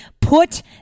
put